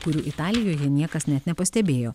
kurių italijoje niekas net nepastebėjo